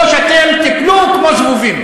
או שאתם תיפלו כמו זבובים.